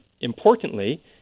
importantly